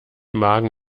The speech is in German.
magen